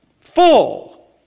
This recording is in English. full